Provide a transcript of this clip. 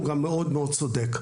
הוא גם מאוד מאוד צודק.